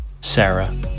Sarah